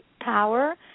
power